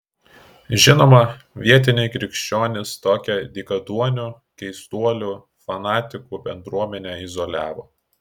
žinoma vietiniai krikščionys tokią dykaduonių keistuolių fanatikų bendruomenę izoliavo